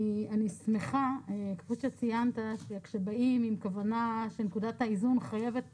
אני שמחה שכאשר באים עם כוונה שנקודת האיזון חייבת